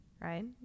right